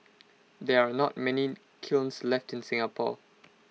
there are not many kilns left in Singapore